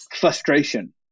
frustration